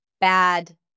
bad